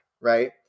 right